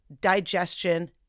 Digestion